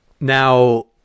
Now